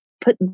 put